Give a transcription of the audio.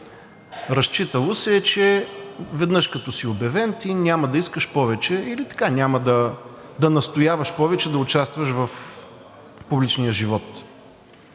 Разчитало се е, че веднъж като си обявен, ти няма да искаш повече или няма да настояваш повече да участваш в публичния живот.